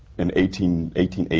and eighteen eighteen eighty